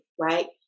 right